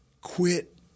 Quit